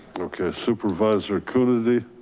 supervisor coonerty.